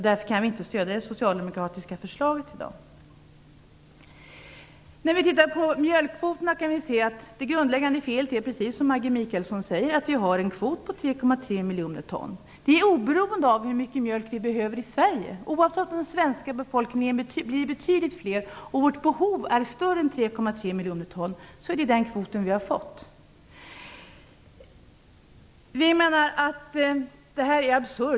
Därför kan vi i dag inte stödja det socialdemokratiska förslaget. När det gäller mjölkkvoterna är det grundläggande felet, precis som Maggi Mikaelsson säger, att vi har en kvot på 3,3 miljoner ton. Detta är oberoende av hur mycket mjölk vi behöver i Sverige. Även om den svenska befolkningen ökar betydligt och vårt behov blir större än 3,3 miljoner ton, står vi kvar på samma kvot. Vi menar att det är absurt.